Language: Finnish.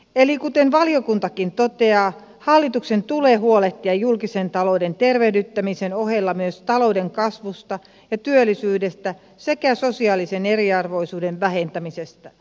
eli kuten valiokuntakin toteaa hallituksen tulee huolehtia julkisen talouden tervehdyttämisen ohella myös talouden kasvusta ja työllisyydestä sekä sosiaalisen eriarvoisuuden vähentämisestä